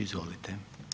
Izvolite.